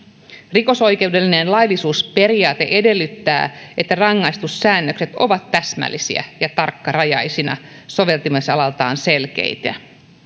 rikosoikeudellinen laillisuusperiaate edellyttää että rangaistussäännökset ovat täsmällisiä ja tarkkarajaisina soveltamisalaltaan selkeitä